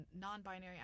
non-binary